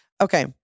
Okay